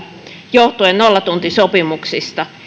johtuen nollatuntisopimuksista